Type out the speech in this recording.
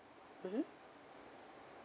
mmhmm